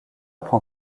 prend